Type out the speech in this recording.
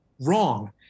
wrong